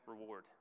reward